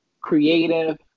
creative